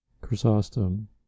Chrysostom